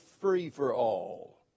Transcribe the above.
free-for-all